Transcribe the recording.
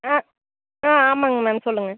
ஆ ஆமாம்ங்க மேம் சொல்லுங்கள்